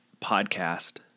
podcast